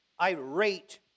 irate